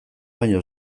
baino